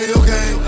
okay